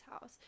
house